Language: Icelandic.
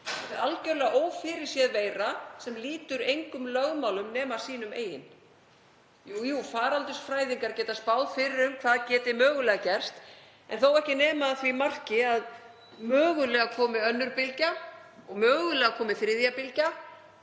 Þetta er algjörlega ófyrirséð veira sem lýtur engum lögmálum nema sínum eigin. Jú, jú, faraldsfræðingar geta spáð fyrir um hvað geti mögulega gerst en þó ekki nema að því marki að mögulega komi önnur bylgja og mögulega komi þriðja bylgja.